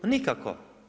Nikako.